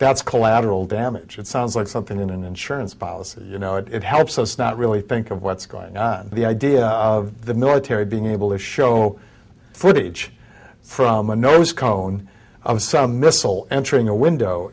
that's collateral damage it sounds like something in an insurance policy you know it helps us not really think of what's going on the idea of the military being able to show for the age from a nose cone some missile entering a window